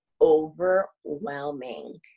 overwhelming